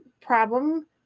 problem